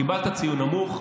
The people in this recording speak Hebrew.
קיבלת ציון נמוך.